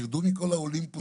תרדו מכל האולימפוסים.